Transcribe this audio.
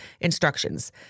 instructions